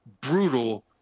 brutal